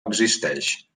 existeix